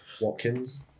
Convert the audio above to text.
Watkins